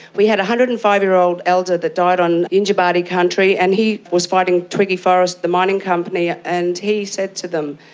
we had a one hundred and five year old elder that died on yindjibarndi country and he was fighting twiggy forrest the mining company, and he said to them,